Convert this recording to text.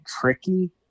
tricky